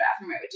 bathroom